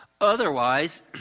otherwise